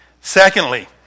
Secondly